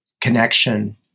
connection